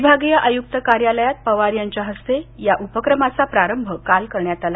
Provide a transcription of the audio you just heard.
विभागीय आयुक्त कार्यालयात पवार यांच्या हस्ते या उपक्रमाचा प्रारंभ काल करण्यात आला